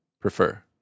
prefer